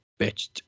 bitched